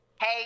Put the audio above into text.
Hey